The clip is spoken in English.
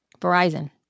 Verizon